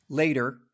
Later